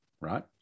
right